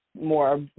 more